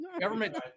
government